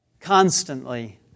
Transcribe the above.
constantly